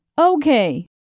Okay